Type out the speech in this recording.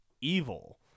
evil